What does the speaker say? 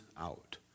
out